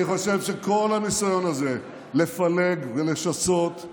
אני חושב שכל הניסיון הזה לפלג ולשסות,